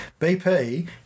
BP